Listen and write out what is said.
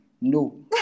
No